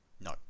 No